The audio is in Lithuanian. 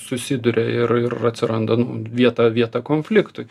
susiduria ir ir atsiranda vieta vieta konfliktui